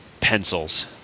pencils